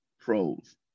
pros